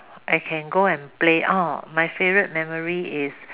I can go and play oh my favourite memory is